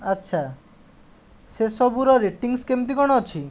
ଆଚ୍ଛା ସେସବୁର ରେଟିଂସ୍ କେମିତି କ'ଣ ଅଛି